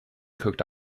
cooked